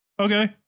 Okay